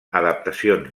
adaptacions